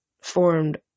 formed